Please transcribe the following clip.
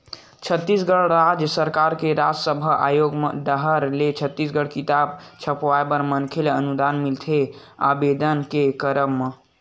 छत्तीसगढ़ राज सरकार के राजभासा आयोग डाहर ले छत्तीसगढ़ी किताब छपवाय बर मनखे ल अनुदान मिलथे आबेदन के करब म